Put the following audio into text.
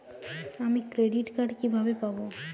আমি credit card কিভাবে পাবো?